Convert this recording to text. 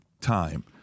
Time